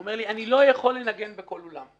הוא אמר לי: "אני לא יכול לנגן בכל אולם."